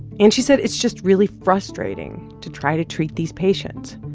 and she said it's just really frustrating to try to treat these patients.